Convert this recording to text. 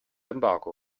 embargo